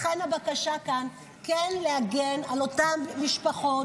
לכן, הבקשה כאן היא כן להגן על אותן משפחות.